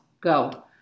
Go